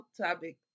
topic